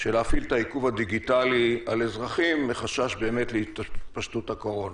של הפעלת העיקוב הדיגיטלי על אזרחים מחשש להתפשטות הקורונה.